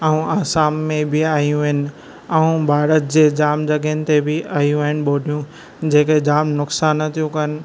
ऐं आसाम में बि आहियूं आहिनि ऐं भारत जे जाम जॻहियुनि ते बि आहियूं आहिनि ॿोॾियूं जेके जाम नुकसान थियूं कनि